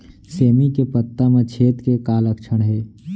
सेमी के पत्ता म छेद के का लक्षण हे?